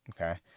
Okay